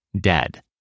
dead